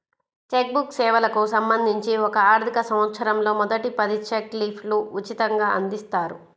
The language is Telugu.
చెక్ బుక్ సేవలకు సంబంధించి ఒక ఆర్థికసంవత్సరంలో మొదటి పది చెక్ లీఫ్లు ఉచితంగ అందిస్తారు